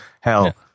Hell